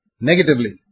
Negatively